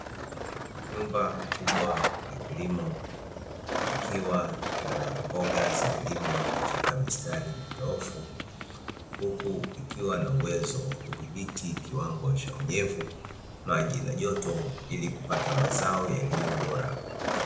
Nyumba kubwa ya kilimo ikiwa na mboga zimelimwa katika mistari minyoofu. Huku ikiwa na uwezo wa kudhibiti kiwango cha unyevu, maji na joto; ili kupata mazao yaliyo bora.